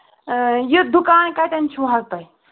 یہِ دُکان کَتٮ۪ن چھُو حظ تۄہہِ